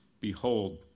Behold